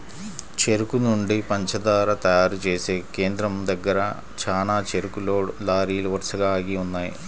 చెరుకు నుంచి పంచదార తయారు చేసే కేంద్రం దగ్గర చానా చెరుకు లోడ్ లారీలు వరసగా ఆగి ఉన్నయ్యి